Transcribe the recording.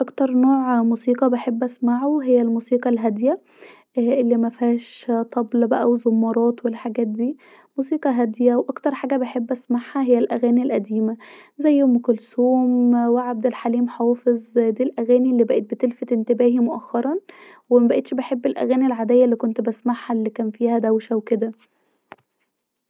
اكتر نوع موسيقي بحب اسمعه هو الموسيقي الهاديه الي مفيهاش بقي طبل وزمارات والحاجات ديه موسيقي هاديه واكتر حاجه بحب اسمعها هي الاغاني القديمه زي ام كلثوم وعبد الحليم حافظ ديه الاغاني الي بقت بتلفت انتباهي مأخرا ومبقتش بحب الاغاني العاديه الي مكنتش بسمعها الي كان فيها دوشه وكدا